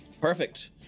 perfect